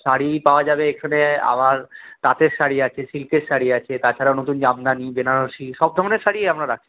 শাড়ি পাওয়া যাবে এখানে আমার তাঁতের শাড়ি আছে সিল্কের শাড়ি আছে তাছাড়াও নতুন জামদানি বেনারসি সব ধরনের শাড়িই আমরা রাখি